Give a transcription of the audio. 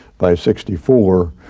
by sixty four,